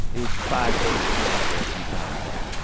it was five days of getting out there a few times, like,